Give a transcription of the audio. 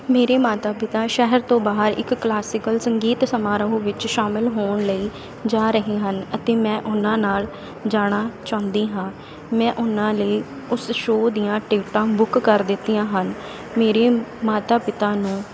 ਮੇਰੇ ਮਾਤਾ ਪਿਤਾ ਸ਼ਹਿਰ ਤੋਂ ਬਾਹਰ ਇੱਕ ਕਲਾਸਿਕਲ ਸੰਗੀਤ ਸਮਾਰੋਹ ਵਿੱਚ ਸ਼ਾਮਲ ਹੋਣ ਲਈ ਜਾ ਰਹੇ ਹਨ ਅਤੇ ਮੈਂ ਉਹਨਾਂ ਨਾਲ ਜਾਣਾ ਚਾਹੁੰਦੀ ਹਾਂ ਮੈਂ ਉਹਨਾਂ ਲਈ ਉਸ ਸ਼ੋਅ ਦੀਆਂ ਟਿਕਟਾਂ ਬੁੱਕ ਕਰ ਦਿੱਤੀਆਂ ਹਨ ਮੇਰੇ ਮਾਤਾ ਪਿਤਾ ਨੂੰ